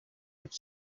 mit